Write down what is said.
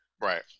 Right